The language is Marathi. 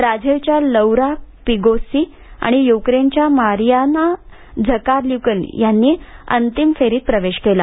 ब्राझिलच्या लौरा पिगोस्सी युक्रेनच्या मारियाना झकारल्यूक यांनी अंतिम फेरीत प्रवेश केला